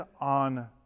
on